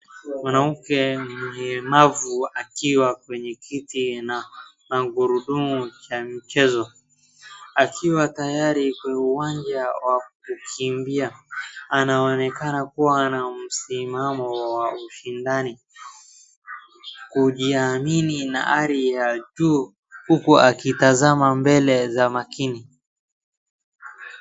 Mwanamke mlemavu akiwa kwenye kiti na gurundumu cha michezo, akiwa tayari kwa uwanja wa kukimbia, anaonekana kuwa na msimamo wa ushindani, kujiamini na hali ya juu, huku akitazama mbele za makini.